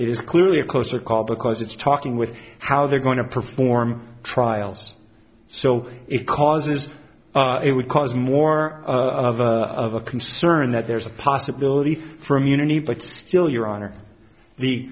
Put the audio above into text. is clearly a closer call because it's talking with how they're going to perform trials so it causes it would cause more of a concern that there's a possibility for immunity but still your honor the